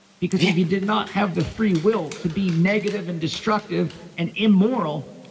because if you did not have the free will to be negative and destructive and immoral,